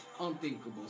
unthinkable